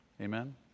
Amen